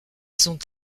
sont